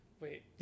Wait